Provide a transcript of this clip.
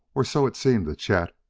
or so it seemed to chet.